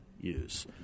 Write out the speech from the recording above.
use